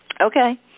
okay